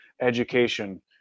education